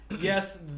yes